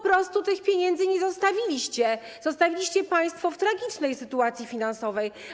Po prostu tych pieniędzy nie zostawiliście, zostawiliście państwo w tragicznej sytuacji finansowej.